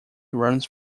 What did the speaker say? runs